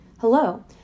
Hello